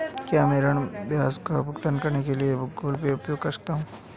क्या मैं ऋण ब्याज का भुगतान करने के लिए गूगल पे उपयोग कर सकता हूं?